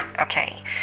Okay